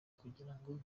kugirango